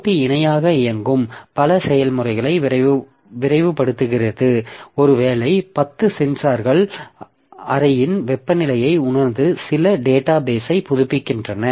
போட்டி இணையாக இயங்கும் பல செயல்முறைகளை விரைவுபடுத்துகிறது ஒருவேளை பத்து சென்சார்கள் அறையின் வெப்பநிலையை உணர்ந்து சில டேட்டாபேஸ்ஐ புதுப்பிக்கின்றன